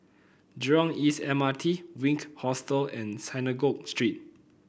Jurong East M R T Station Wink Hostel and Synagogue Street